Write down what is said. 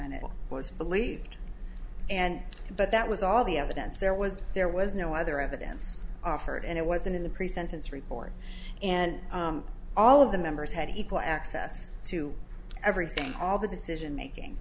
and it was believed and but that was all the evidence there was there was no other evidence for and it wasn't in the pre sentence report and all of the members had equal access to everything all the decision making